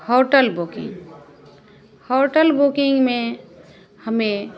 hotel booking hotel booking में हमें